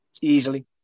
Easily